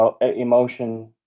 emotion